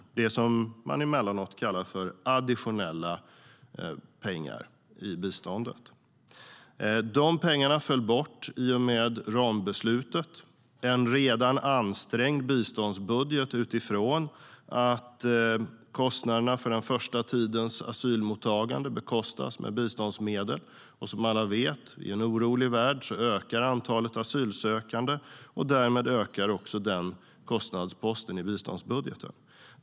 Det är det som man emellanåt kallar för additionella pengar i biståndet. Dessa pengar föll bort i och med rambeslutet. Detta var en redan ansträngd biståndsbudget utifrån att kostnaderna för den första tidens asylmottagande tas från biståndsmedlen. Som alla vet ökar antalet asylsökande i en orolig värld. Därmed ökar också denna kostnadspost i biståndsbudgeten.